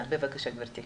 בבקשה גבירתי.